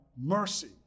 mercy